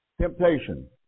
temptation